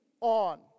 on